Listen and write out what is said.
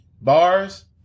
Bars